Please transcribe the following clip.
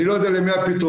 אני לא יודע למי הפתרונות.